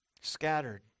scattered